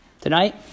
Tonight